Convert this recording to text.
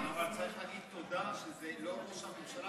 אבל צריך להגיד תודה שזה לא רק ראש הממשלה,